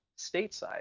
stateside